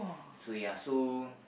so ya so